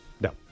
No